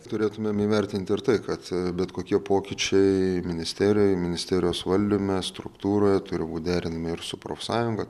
turėtumėm įvertinti ir tai kad bet kokie pokyčiai ministerijoj ministerijos valdyme struktūroj turi būti derinami ir su profsąjunga